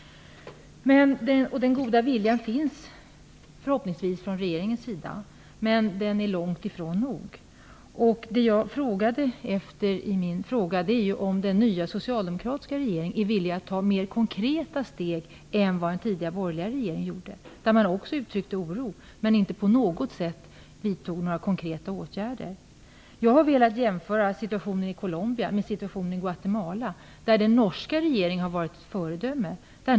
Den goda viljan finns förhoppningsvis från regeringens sida. Men den är långt ifrån nog. Jag frågade om den nya socialdemokratiska regeringen är villig att ta mer konkreta steg än vad den tidigare borgerliga regeringen gjorde. Den tidigare regeringen uttryckte oro, men vidtog inte på något sätt några konkreta åtgärder. Jag har velat jämföra situationen i Colombia med situationen i Guatemala. Den norska regeringen har varit ett föredöme.